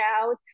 out